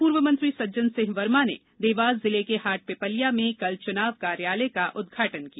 पूर्व मंत्री सज्जन सिंह वर्मा ने देवास जिले के हाटपिपल्या में कल चुनाव कार्यालय का उद्घाटन किया